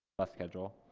bus schedule.